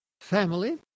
family